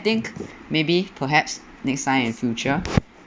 I think maybe perhaps next time in future